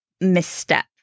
misstep